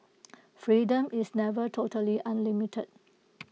freedom is never totally unlimited